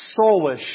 soulish